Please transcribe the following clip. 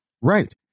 Right